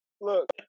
Look